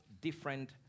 different